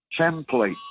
template